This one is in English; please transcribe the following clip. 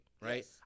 right